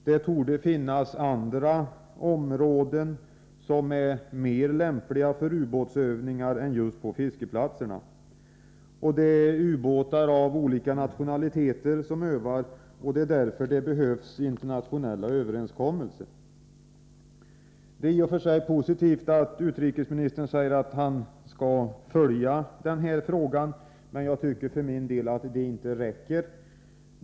Det torde finnas andra områden som är mer lämpliga för ubåtsövningar än just fiskeplatserna. Det är ubåtar av olika nationaliteter som övar, och därför behövs internationella överenskommelser. Det är i och för sig positivt att utrikesministern säger att han skall följa den här frågan, men jag tycker för min del att det är helt otillräckligt.